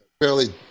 fairly